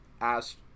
asked